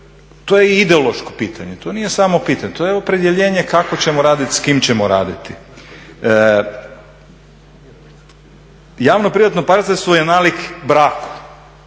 To je ideološko pitanje, to nije samo pitanje, to je opredjeljenje kako ćemo radit, s kim ćemo raditi. Javno privatno partnerstvo je nalik braku,